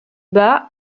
bas